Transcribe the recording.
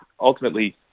ultimately